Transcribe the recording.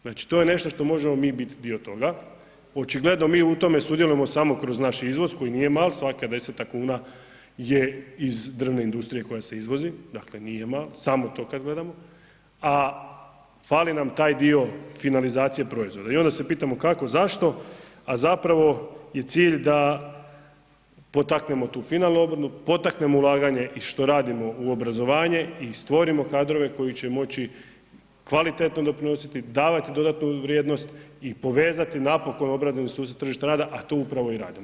Znači to je nešto što možemo mi biti dio toga, očigledno mi u tome sudjelujemo samo kroz naš izvoz koji nije mali, svaka 10 kuna je iz drvne industrije koja se izvozi, dakle nije mali, samo to kad gledamo, a fali nam taj dio finalizacije proizvoda i onda se pitamo kako, zašto, a zapravo je cilj da potaknemo tu finalnu …/nerazumljivo/… potaknemo ulaganje i što radimo u obrazovanje i stvorimo kadrove koji će moći kvalitetno doprinositi, davati dodatnu vrijednost i povezati napokon …/nerazumljivo/… sustav tržišta rada, a to upravo i radimo.